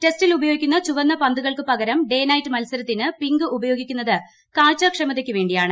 ടെസ്റ്റിൽ ഉപയോഗിക്കുന്ന ചുവന്ന പന്തുകൾക്ക് പകരം ഡേ നൈറ്റ് മത്സരത്തിന് പിങ്ക് ഉപയോഗിക്കുന്നത് കാഴ്ചാ ക്ഷമതയ്ക്കു വേണ്ടിയാണ്